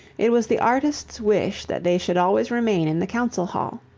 it was the artist's wish that they should always remain in the council hall.